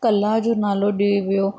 कला जो नालो ॾियो वियो